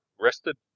rested